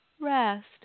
rest